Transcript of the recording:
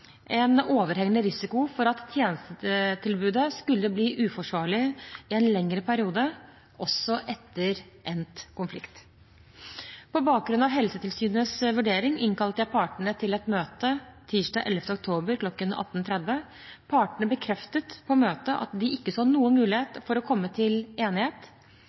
en overhengende risiko for at tjenestetilbudet skulle bli uforsvarlig i en lengre periode, også etter endt konflikt. På bakgrunn av Helsetilsynets vurdering innkalte jeg partene til et møte tirsdag 11. oktober kl. 18.30. Partene bekreftet på møtet at de ikke så noen mulighet for å komme til enighet.